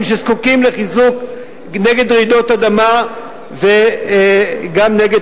שזקוקים לחיזוק נגד רעידות אדמה וגם נגד